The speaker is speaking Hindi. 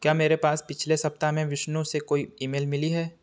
क्या मेरे पास पिछले सप्ताह में विष्णु से कोई ईमेल मिली है